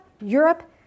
Europe